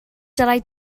dylai